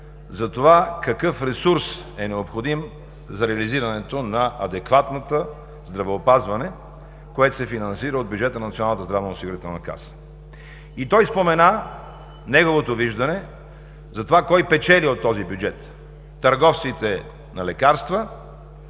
за това какъв ресурс е необходим за реализирането на адекватно здравеопазване, което се финансира от бюджета на НЗОК. И той спомена неговото виждане за това кой печели от този бюджет – търговците на лекарства